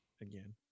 again